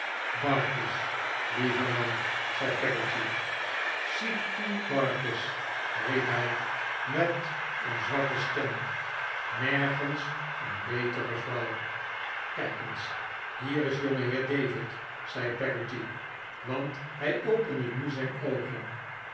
barkis lieve man zei peggotty c p barkis riep hij met een zwakke stem nergens een betere vrouw kijk eens hier is jongeheer david zei peggotty want hij opende nu zijn oogen